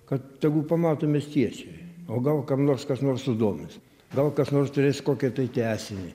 kad tegu pamato miestiečiai o gal kam nors kas nors sudomins gal kas nors turės kokią tai tęsinį